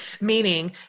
Meaning